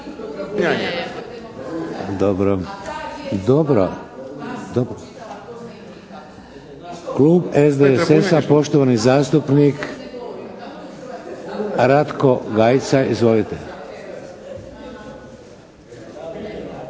Hvala. Klub HSS-a, poštovani zastupnik Luka Roić. Izvolite.